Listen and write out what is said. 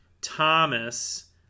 Thomas